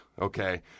okay